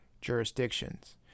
jurisdictions